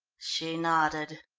she nodded.